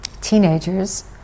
teenagers